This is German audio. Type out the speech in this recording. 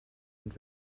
und